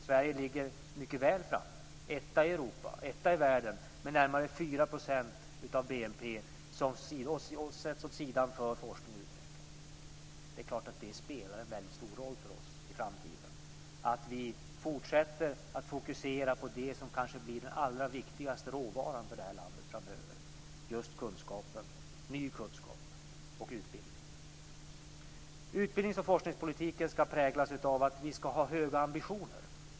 Sverige ligger mycket väl framme - etta i Europa och etta i världen - med närmare 4 % av BNP som sätts åt sidan för forskning och utveckling. Det är klart att det spelar en väldigt stor roll för oss i framtiden att vi fortsätter att fokusera på det som kanske blir den allra viktigaste råvaran för detta land framöver - just ny kunskap och utbildning. Utbildnings och forskningspolitiken ska präglas av att vi ska ha höga ambitioner.